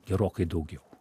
gerokai daugiau